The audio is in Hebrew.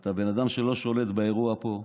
אתה בן אדם שלא שולט באירוע פה.